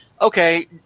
okay